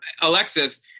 Alexis